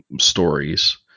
stories